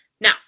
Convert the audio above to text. Now